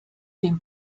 den